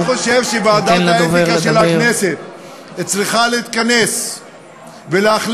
אני חושב שוועדת האתיקה של הכנסת צריכה להתכנס ולהחליט